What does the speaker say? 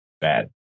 bad